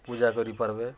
ପୂଜା କରି ପାର୍ବେ